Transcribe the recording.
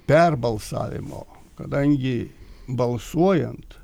perbalsavimo kadangi balsuojant